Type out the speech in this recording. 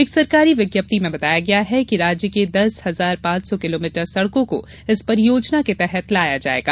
एक सरकारी विज्ञप्ति में बताया गया है कि राज्य के दस हजार पांच सौ किलोमीटर सड़कों को इस परियोजना के तहत लाया जाएगा